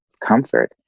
comfort